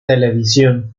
televisión